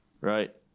right